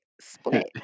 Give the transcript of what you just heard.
split